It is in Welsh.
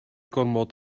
gormod